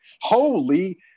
holy